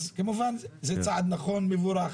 כמובן, זה צעד נכון ומבורך.